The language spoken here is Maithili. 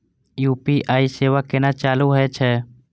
यू.पी.आई सेवा केना चालू है छै?